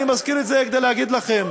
אני מזכיר את זה כדי להגיד לכם